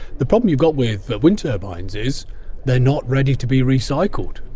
the problem you've got with wind turbines is they're not ready to be recycled.